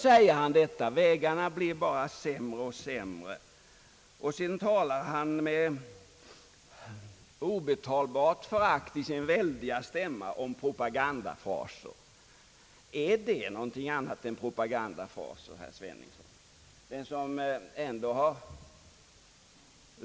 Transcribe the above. Sedan talar han med obetalbart förakt i sin väldiga stämma om propagandafraser. Men är detta någonting annat än propagandafraser, herr Sveningsson?